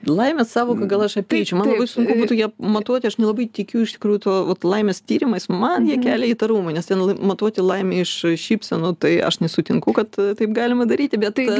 laimės sąvoka gal aš apeičiau labai sunku būtų ją matuoti aš nelabai tikiu iš tikrųjų tuo vot laimės tyrimas man jie kelia įtarumą nes ten matuoti laimę iš šypsenų tai aš nesutinku kad taip galima daryti bet tai